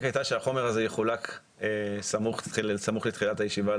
הייתה שהחומר הזה יחולק לחברים סמוך לתחילת הישיבה.